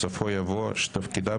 בסופה יבוא "שתפקידה,